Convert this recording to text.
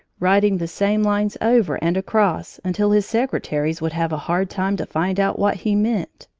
writing the same lines over and across until his secretaries would have a hard time to find out what he meant.